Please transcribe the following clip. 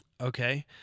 Okay